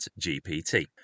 GPT